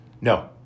No